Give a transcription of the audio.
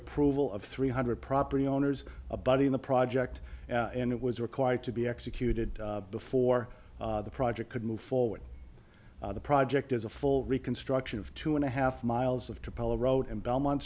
approval of three hundred property owners a buddy in the project and it was required to be executed before the project could move forward the project is a full reconstruction of two and a half miles of to palo road and belmont